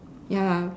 ya lah